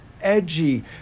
edgy